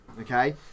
Okay